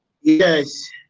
Yes